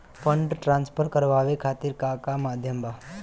Fund transfer करवाये खातीर का का माध्यम बा?